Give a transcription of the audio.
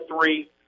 three